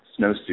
snowsuit